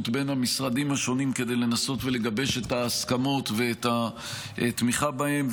בין המשרדים השונים כדי לנסות ולגבש את ההסכמות ואת התמיכה בהם,